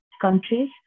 countries